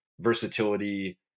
versatility